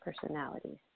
personalities